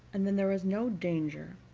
and then there is no danger,